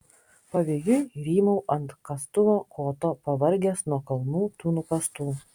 pavėjui rymau ant kastuvo koto pavargęs nuo kalnų tų nukastų